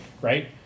Right